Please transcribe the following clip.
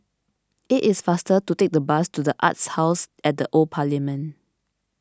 it is faster to take the bus to the Arts House at the Old Parliament